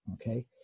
Okay